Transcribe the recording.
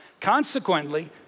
Consequently